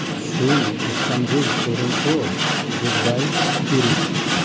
Seoul Istanbul Toronto Dubai Paris